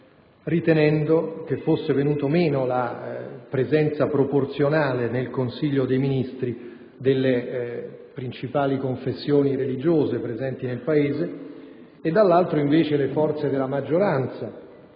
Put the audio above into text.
ritenendo che fosse venuta meno la presenza proporzionale nel Consiglio dei ministri delle principali confessioni religiose presenti nel Paese e, dall'altro, invece, le forze della maggioranza